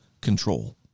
control